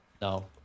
No